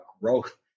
growth